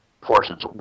portions